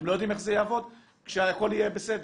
אתם לא יודעים איך זה יעבוד כשהכול יהיה בסדר.